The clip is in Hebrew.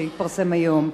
שהתפרסם היום,